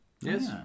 Yes